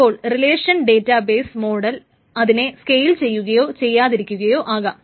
അപ്പോൾ relation data base model അതിനെ scale ചെയ്യുകയോ ചെയ്യാതിരിക്കുകയോ ആകാം